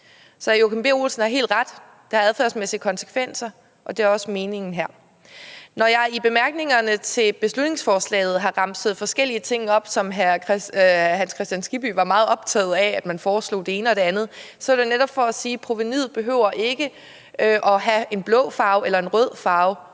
hr. Joachim B. Olsen har helt ret i, at der er adfærdsmæssige konsekvenser, og det er også meningen her. Når jeg i bemærkningerne til beslutningsforslaget har remset forskellige ting op, som hr. Hans Kristian Skibby var meget optaget af, altså at der bliver foreslået det ene og det andet, så er det netop for at sige, at provenuet ikke behøver at have en blå farve eller en rød farve.